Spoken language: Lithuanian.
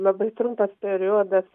labai trumpas periodas